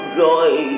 joy